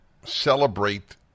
celebrate